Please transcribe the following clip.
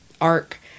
arc